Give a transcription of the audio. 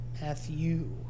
Matthew